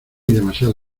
demasiado